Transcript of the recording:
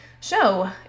show